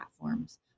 platforms